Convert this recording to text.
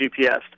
GPS